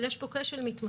אבל יש פה כשל מתמשך